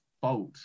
fault